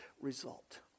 result